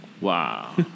wow